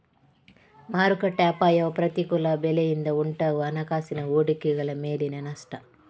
ಮಾರುಕಟ್ಟೆ ಅಪಾಯವು ಪ್ರತಿಕೂಲ ಬೆಲೆಯಿಂದ ಉಂಟಾಗುವ ಹಣಕಾಸಿನ ಹೂಡಿಕೆಗಳ ಮೇಲಿನ ನಷ್ಟ